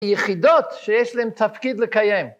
יחידות שיש להן תפקיד לקיים.